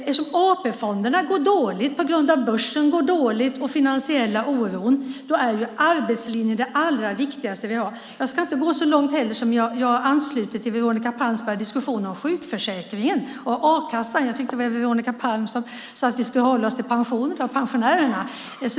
Eftersom AP-fonderna går dåligt på grund av att börsen går dåligt och på grund av den finansiella oron är arbetslinjen det allra viktigaste som vi har. Jag ska inte gå så långt att jag ansluter till Veronica Palms diskussion om sjukförsäkringen och a-kassan. Jag tyckte att Veronica Palm sade att vi skulle hålla oss till pensionerna och pensionärerna.